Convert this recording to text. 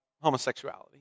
homosexuality